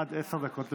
עד עשר דקות לרשותך.